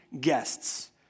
guests